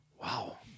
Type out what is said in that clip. wow